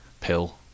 pill